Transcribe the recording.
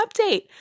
update